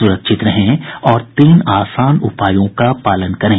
सुरक्षित रहें और इन तीन आसान उपायों का पालन करें